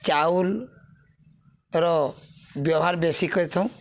ଚାଉଲ୍ର ବ୍ୟବହାର୍ ବେଶୀ କରିଥାଉଁ